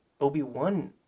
Obi-Wan